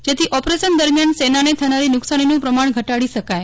જેથી ઓપરેશન દરમ્યાન સેનાને થનારી નુકશાનીનું પ્રમાણ ઘટાડી શકાય